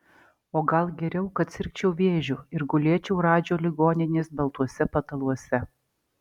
o gal geriau kad sirgčiau vėžiu ir gulėčiau radžio ligoninės baltuose pataluose